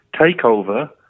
takeover